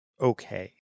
okay